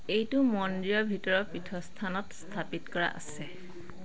এইটো মন্দিৰৰ ভিতৰৰ পীঠস্থানত স্থাপিত কৰা আছে